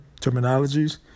terminologies